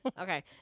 Okay